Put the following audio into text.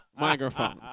Microphone